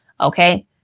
Okay